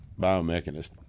biomechanist